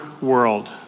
world